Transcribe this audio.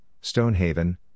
Stonehaven